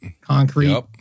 concrete